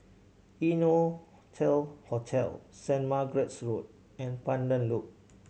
Innotel Hotel Saint Margaret's Road and Pandan Loop